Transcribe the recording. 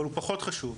אבל הוא פחות חשוב,